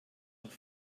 doch